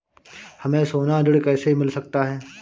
हमें सोना ऋण कैसे मिल सकता है?